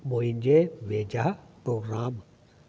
मुंहिंजे वेझा प्रोग्राम